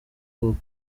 hop